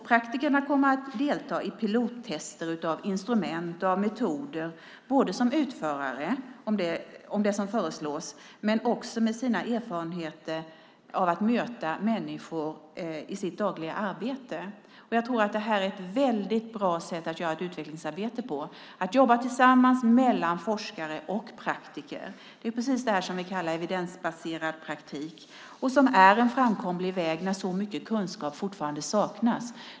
Praktikerna kommer att delta i pilottester av instrument och metoder både som utförare, om det är det som föreslås, och med sina erfarenheter av att möta människor i sitt dagliga arbete. Jag tror att det här är ett väldigt bra sätt att göra ett utvecklingsarbete på. Forskare och praktiker jobbar tillsammans. Det är precis det som vi kallar för evidensbaserad praktik och som är en framkomlig väg när så mycket kunskap fortfarande saknas.